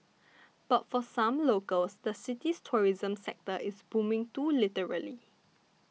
but for some locals the city's tourism sector is booming too literally